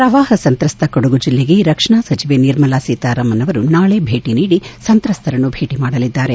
ಪ್ರವಾಪ ಸಂತ್ರಸ್ತ ಕೊಡಗು ಜಿಲ್ಲೆಗೆ ರಕ್ಷಣಾ ಸಚಿವೆ ನಿರ್ಮಲಾ ಸೀತಾರಾಮನ್ ಅವರು ನಾಳೆ ಭೇಟಿ ನೀಡಿ ಸಂತ್ರಸ್ತರನ್ನು ಭೇಟಿ ಮಾಡಲಿದ್ದಾರೆ